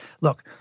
look